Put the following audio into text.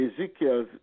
Ezekiel